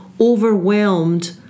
overwhelmed